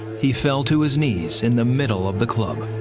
he fell to his knees in the middle of the club.